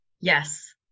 Yes